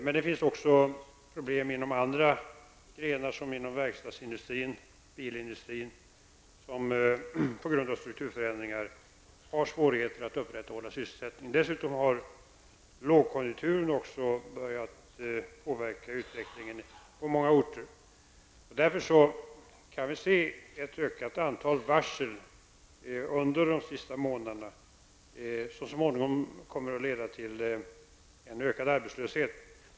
Men det finns också problem inom andra grenar, såsom verkstadsindustrin och bilindustrin, där man på grund av strukturförändringar har svårigheter att upprätthålla sysselsättningen. Dessutom har också lågkonjunkturen börjat påverka utvecklingen på många orter. Vi har därför under de senaste månaderna kunnat se ett ökat antal varsel, vilket så småningom kommer att leda till en ökad arbetslöshet.